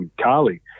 Carly